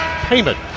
payment